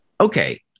Okay